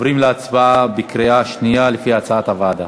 עוברים להצבעה בקריאה שנייה, לפי הצעת הוועדה.